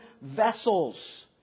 vessels